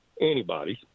antibodies